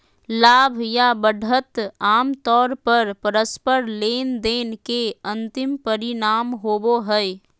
लाभ या बढ़त आमतौर पर परस्पर लेनदेन के अंतिम परिणाम होबो हय